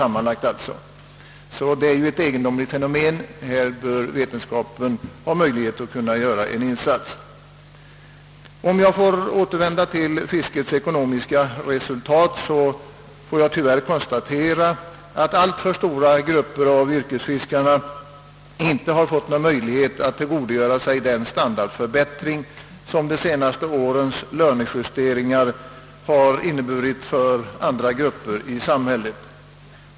Det är alltså ett egendomligt fenomen, och här bör vetenskapen ha möjlighet att göra en insats. Om jag får återvända till fiskerinäringens ekonomiska resultat, måste jag tyvärr konstatera, att alltför stora grupper av yrkesfiskare inte har kunnat tillgodogöra sig den standardförbättring som de senaste årens lönejusteringar har inneburit för andra grupper i samhället.